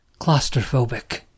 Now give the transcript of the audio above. Claustrophobic